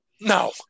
No